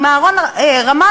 עם אהרן רמתי.